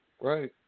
Right